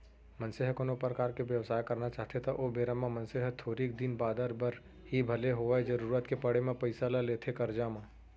मनसे ह कोनो परकार के बेवसाय करना चाहथे त ओ बेरा म मनसे ह थोरिक दिन बादर बर ही भले होवय जरुरत के पड़े म पइसा ल लेथे करजा म